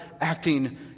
acting